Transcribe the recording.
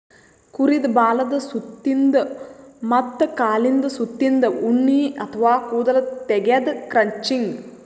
ಕುರಿದ್ ಬಾಲದ್ ಸುತ್ತಿನ್ದ ಮತ್ತ್ ಕಾಲಿಂದ್ ಸುತ್ತಿನ್ದ ಉಣ್ಣಿ ಅಥವಾ ಕೂದಲ್ ತೆಗ್ಯದೆ ಕ್ರಚಿಂಗ್